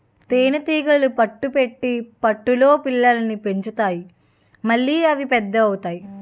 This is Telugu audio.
తేనీగలు పట్టు పెట్టి పట్టులో పిల్లల్ని పెంచుతాయి మళ్లీ అవి పెద్ద అవుతాయి